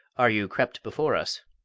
are you crept before us?